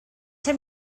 him